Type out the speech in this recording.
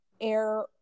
air